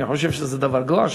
אני חושב שזה דבר גרוע,